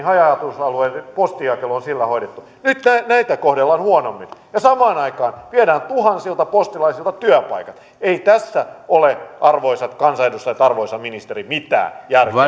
haja asutusalueiden postinjakelu on hoidettu sillä että muilla alueilla on tehty voittoa nyt näitä kohdellaan huonommin ja samaan aikaan viedään tuhansilta postilaisilta työpaikat ei tässä ole arvoisat kansanedustajat ja arvoisa ministeri mitään järkeä